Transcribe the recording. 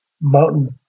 Mountain